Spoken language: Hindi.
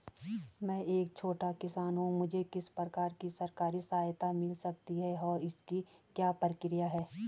मैं एक छोटा किसान हूँ मुझे किस प्रकार की सरकारी सहायता मिल सकती है और इसकी क्या प्रक्रिया है?